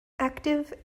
active